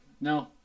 No